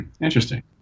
Interesting